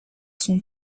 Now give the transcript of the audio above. son